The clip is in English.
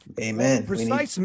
Amen